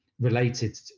related